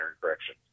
correction